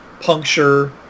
puncture